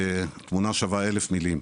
תמונה שווה אלף מילים,